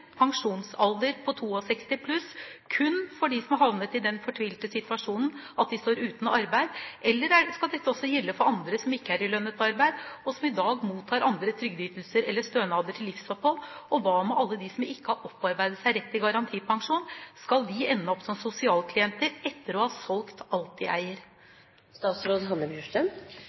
pensjonsalder på 62+ kun for dem som har havnet i den fortvilte situasjonen at de står uten arbeid, eller skal dette også gjelde for andre som ikke er i lønnet arbeid, og som i dag mottar andre trygdeytelser eller stønader til livsopphold? Og hva med alle dem som ikke har opparbeidet seg rett til garantipensjon? Skal de ende opp som sosialklienter etter å ha solgt alt de eier?